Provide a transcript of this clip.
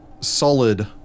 solid